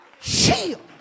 shield